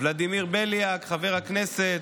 ולדימיר בליאק, חבר הכנסת,